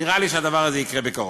נראה לי שהדבר הזה יקרה בקרוב.